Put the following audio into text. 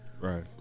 Right